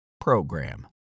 program